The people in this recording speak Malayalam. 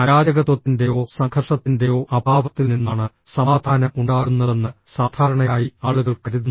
അരാജകത്വത്തിൻ്റെയോ സംഘർഷത്തിൻ്റെയോ അഭാവത്തിൽ നിന്നാണ് സമാധാനം ഉണ്ടാകുന്നതെന്ന് സാധാരണയായി ആളുകൾ കരുതുന്നു